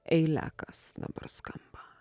eilekas dabar skamba